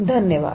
धन्यवाद